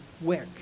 wick